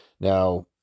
Now